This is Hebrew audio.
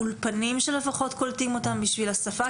אולפנים בהם קולטים אותם ללימוד השפה?